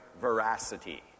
veracity